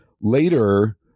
later